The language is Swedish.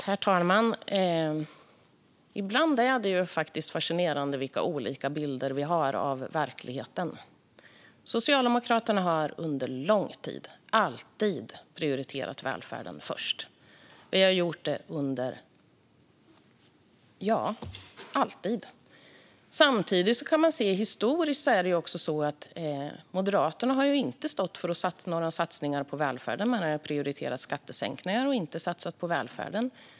Herr talman! Ibland är det fascinerande vilka olika bilder vi har av verkligheten. Socialdemokraterna har under lång tid - alltid - prioriterat välfärden först. Samtidigt kan vi se att Moderaterna historiskt sett inte har stått för några satsningar på välfärden. Man har prioriterat skattesänkningar och inte satsat på välfärden.